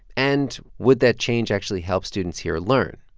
and would that change actually help students here learn?